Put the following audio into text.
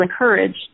encourage